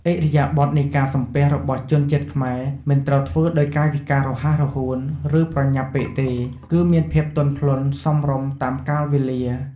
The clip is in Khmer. ឥរិយាបថនៃការសំពះរបស់ជនជាតិខ្មែរ មិនត្រូវធ្វើដោយកាយវិការរហ័សរហួន ឬប្រញាប់ពេកទេ គឺមានភាពទន់ភ្លន់សមរម្យតាមកាលវេលា។